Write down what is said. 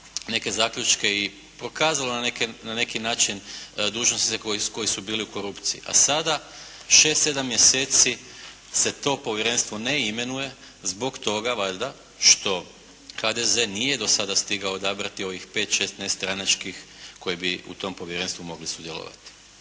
neke zaključke i prokazalo na neki način dužnosnike koji su bili u korupciji. A sada 6, 7 mjeseci se to povjerenstvo ne imenuje zbog toga valjda što HDZ nije do sada stigao odabrati ovih 5,6 nestranačkih koji bi u tom povjerenstvu mogli sudjelovati.